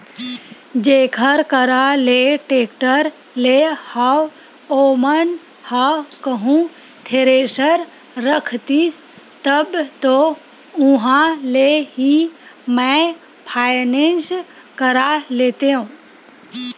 जेखर करा ले टेक्टर लेय हव ओमन ह कहूँ थेरेसर रखतिस तब तो उहाँ ले ही मैय फायनेंस करा लेतेव